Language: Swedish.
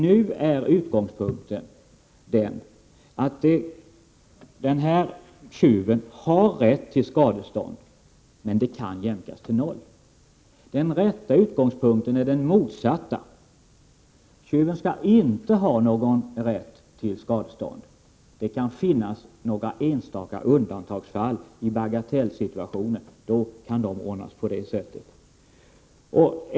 Nu är utgångspunkten den att tjuven har rätt till skadestånd, men det kan jämkas till noll. Den rätta utgångspunkten är den motsatta, nämligen att tjuven inte skall ha någon rätt till skadestånd. Det kan finnas några enstaka undantagsfall i bagatellsituationer, och då kan det ordnas.